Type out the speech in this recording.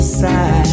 side